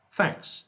thanks